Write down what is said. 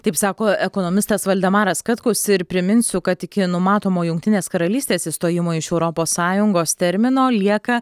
taip sako ekonomistas valdemaras katkus ir priminsiu kad iki numatomo jungtinės karalystės išstojimo iš europos sąjungos termino lieka